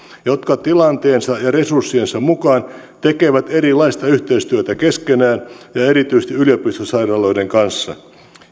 jotka tilanteensa ja resurssiensa mukaan tekevät erilaista yhteistyötä keskenään ja erityisesti yliopistosairaaloiden kanssa